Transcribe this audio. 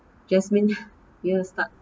jasmine you start